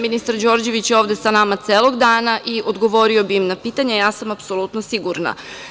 Ministar Đorđević je ovde sa nama celog dana i odgovorio bi im na pitanja, ja sam apsolutno sigurna.